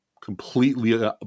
completely